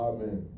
Amen